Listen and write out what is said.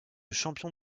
champion